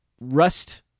Rust